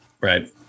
right